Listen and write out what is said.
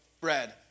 bread